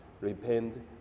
repent